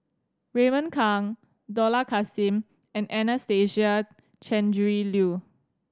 Raymond Kang Dollah Kassim and Anastasia Tjendri Liew